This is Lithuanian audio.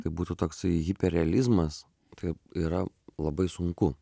tai būtų toksai hiper realizmas taip yra labai sunku